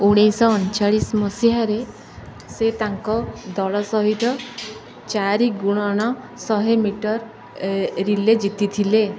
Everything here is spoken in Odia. ଉଣେଇଶହ ଅଣଚାଳିଶ ମସିହାରେ ସେ ତାଙ୍କ ଦଳ ସହିତ ଚାରି ଗୁଣନ ଶହେ ମିଟର ରିଲେ ଜିତିଥିଲେ